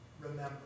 remember